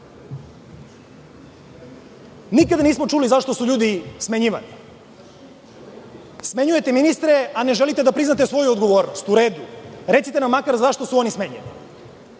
Nikada nismo čuli zašto su ljudi smenjivani. Smenjujete ministre, a ne želite da priznate svoju odgovornost.U redu, recite nam makar zašto su oni smenjeni?